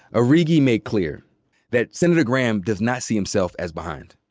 arrighi made clear that senator graham does not see himself as behind.